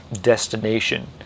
destination